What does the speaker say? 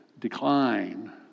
decline